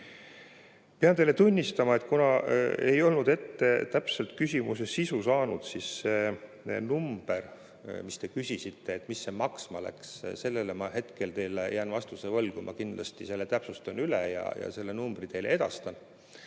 Pean teile tunnistama, et kuna ma ei olnud ette täpset küsimuse sisu saanud, siis selle numbri kohta, mis te küsisite, et mis see maksma läks, ma hetkel jään vastuse võlgu, ma kindlasti täpsustan üle ja selle numbri teile edastan.